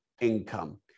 income